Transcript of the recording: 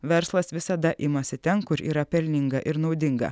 verslas visada imasi ten kur yra pelninga ir naudinga